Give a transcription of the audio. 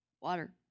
Water